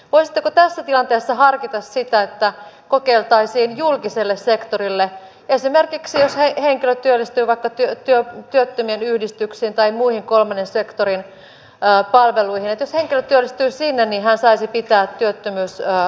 voisitteko tässä tilanteessa harkita että kokeiltaisiin julkisella sektorilla sitä että jos henkilö työllistyy vaikka työttömien yhdistykseen tai muihin kolmannen sektorin palveluihin niin hän saisi pitää työttömyysrahansa